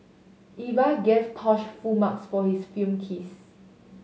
Eva gave Tosh full marks for his film kiss